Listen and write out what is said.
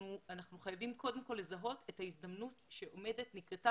אנחנו חייבים קודם כל לזהות את ההזדמנות שנקרתה